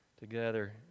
Together